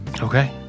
Okay